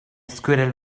squirrel